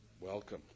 Welcome